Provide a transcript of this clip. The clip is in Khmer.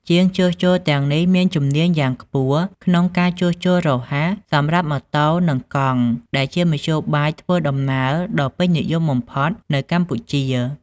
ជាងជួសជុលទាំងនេះមានជំនាញយ៉ាងខ្ពស់ក្នុងការជួសជុលរហ័សសម្រាប់ម៉ូតូនិងកង់ដែលជាមធ្យោបាយធ្វើដំណើរដ៏ពេញនិយមបំផុតនៅកម្ពុជា។